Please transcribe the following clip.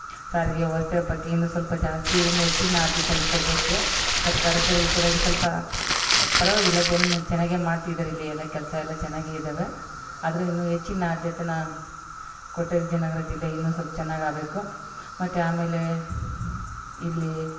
ಸಾರಿಗೆ ವ್ಯವಸ್ಥೆ ಬಗ್ಗೆ ಇನ್ನು ಸ್ವಲ್ಪ ಜಾಸ್ತಿ ಇನ್ನು ಹೆಚ್ಚಿನ ಆದ್ಯತೆಯನ್ನು ಕೊಡಬೇಕು ಸರ್ಕಾರ ಕಡೆ ಈ ಕಡೆಗೆ ಸಲ್ಪ ಪರವಾಗಿಲ್ಲ ಜನ ಚೆನ್ನಾಗೆ ಮಾಡ್ತಿದಾರೆ ಇಲ್ಲಿ ಎಲ್ಲ ಕೆಲಸ ಎಲ್ಲ ಚೆನ್ನಾಗೆ ಇದಾವೆ ಆದರೆ ಇನ್ನು ಹೆಚ್ಚಿನ ಆದ್ಯತೆ ಕೊಟ್ಟೆ ವಿಜಯನಗರ ಜಿಲ್ಲೆ ಇನ್ನು ಸ್ವಲ್ಪ್ ಚೆನ್ನಾಗ್ ಆಬೇಕು ಮತ್ತು ಆಮೇಲೆ ಇಲ್ಲಿ